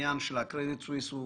שהעניין של קרדיט סוויס הוא